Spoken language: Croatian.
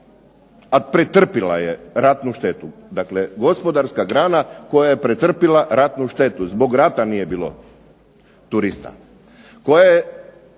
a pretrpila je ratnu štetu, dakle gospodarska grana koja je pretrpila ratnu štetu, zbog rata nije bilo turista,